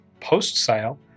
post-sale